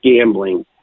gambling